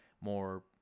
more